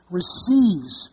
receives